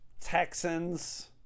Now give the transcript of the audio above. Texans